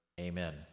Amen